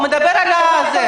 הוא מדבר על הזה.